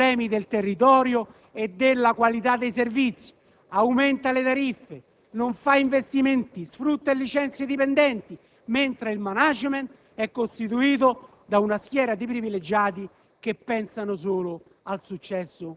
cui non interessano i problemi del territorio e la qualità dei servizi, aumenta le tariffe, non fa investimenti, sfrutta e licenzia i dipendenti, mentre il *management* è costituito da una schiera di privilegiati